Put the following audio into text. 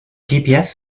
gps